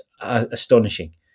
astonishing